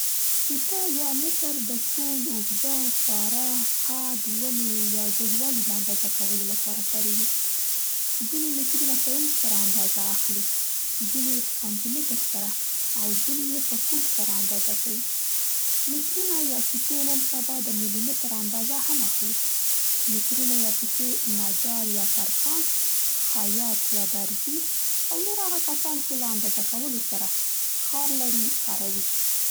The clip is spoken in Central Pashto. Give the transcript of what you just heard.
فیطه یا متر د طول، اوږده، ساره، قد، ونې یا جګوالي د اندازه کولو لپاره کارېږي. ځینې مترونه په انچ سره اندازه اخلي، ځینې یې په سانتي متر سره او ځینې یې په فوټ سره اندازه کوي. مترونه یا فیطې نن سبا د ملي متر اندازه هم اخلي. مترونه یا فیطې نجار یا ترکاڼ، خیاط یا درزي او نور هغه کسان چې له اندازه کولو سره کاري لري کاروي.